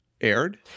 aired